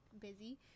busy